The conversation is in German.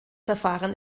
verfahren